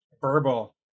Verbal